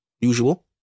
Usual